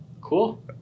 cool